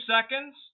seconds